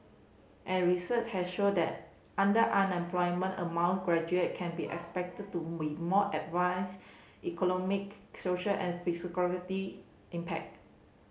and research has shown that underemployment among graduate can be expected to we more adverse economic social and physicality impact